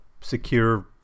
secure